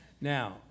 Now